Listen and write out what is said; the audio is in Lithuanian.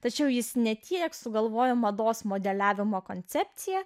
tačiau jis ne tiek sugalvojo mados modeliavimo koncepcija